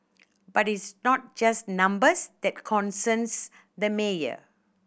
but it's not just numbers that concerns the mayor